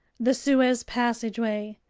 the suez passageway,